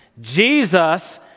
Jesus